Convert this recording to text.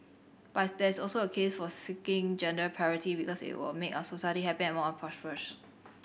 but there is also a case for seeking gender parity because it will make our society happier and more prosperous